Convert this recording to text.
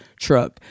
truck